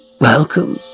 welcome